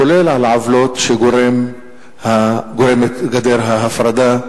כולל על העוולות שגורמת גדר ההפרדה,